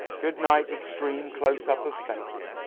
goodnight, extreme close-up of face